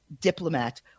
diplomat